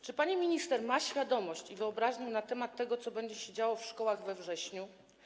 Czy pani minister ma świadomość i wyobraźnię co do tego, co będzie się działo w szkołach we wrześniu?